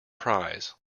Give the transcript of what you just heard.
prize